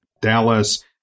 Dallas